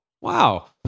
wow